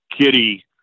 Kitty